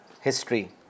history